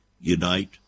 unite